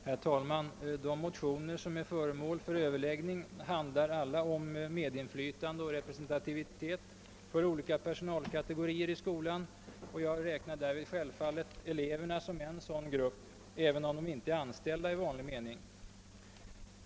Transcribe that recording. Herr talman! Alla de motioner som nu är föremål för överläggning handlar om medinflytande och representation för olika personalkategorier i skolan. Jag räknar därvid självfallet eleverna som en sådan grupp, även om de inte är anställda i vanlig mening.